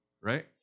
right